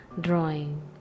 drawing